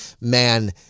Man